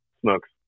smokes